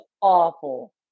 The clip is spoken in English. awful